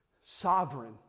sovereign